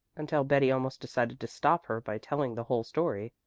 until betty almost decided to stop her by telling the whole story.